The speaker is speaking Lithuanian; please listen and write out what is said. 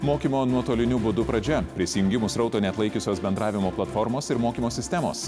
mokymo nuotoliniu būdu pradžia prisijungimų srauto neatlaikiusios bendravimo platformos ir mokymo sistemos